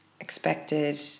expected